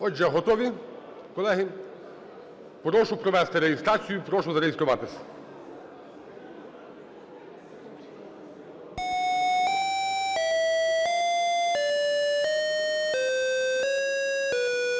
Отже, готові, колеги? Прошу провести реєстрацію, прошу зареєструватись.